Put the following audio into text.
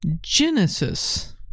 Genesis